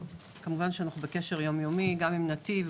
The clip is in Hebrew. כמובן שאנחנו בקשר יום יומי גם עם נתיב,